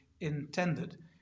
intended